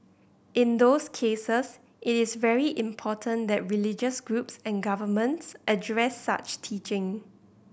in those cases it is very important that religious groups and governments address such teaching